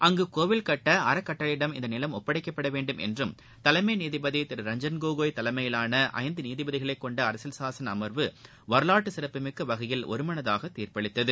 அங்கு கோவில் கட்ட அறக்கட்டளையிடம் இந்த நிலம் ஒப்படைக்கப்பட வேண்டும் என்றும் தலைமை நீதிபதி திரு ரஞ்சன் கோகோய் தலைமையிலான ஐந்து நீதிபதிகளை கொண்ட அரசியல் சாசன அமர்பு வரலாற்று சிறப்புமிக்க வகையில் ஒருமனதாக தீர்ப்பளித்தது